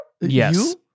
Yes